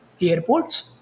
airports